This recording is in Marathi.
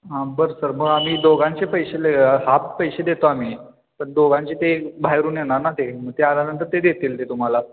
हां बरं सर मग आम्ही दोघांचे पैसे ले हाप पैसे देतो आम्ही पण दोघांचे ते बाहेरून येणार ना ते ते आल्यानंतर ते देतील ते तुम्हाला